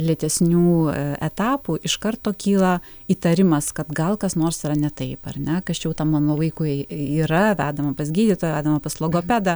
lėtesnių etapų iš karto kyla įtarimas kad gal kas nors yra ne taip ar ne kas čia jau tam mano vaikui yra vedama pas gydytoją vedama pas logopedą